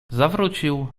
zawrócił